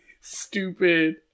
stupid